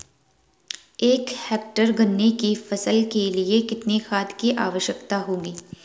एक हेक्टेयर गन्ने की फसल के लिए कितनी खाद की आवश्यकता होगी?